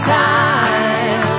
time